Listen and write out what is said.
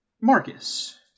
Marcus